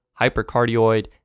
hypercardioid